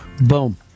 Boom